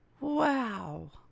Wow